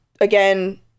again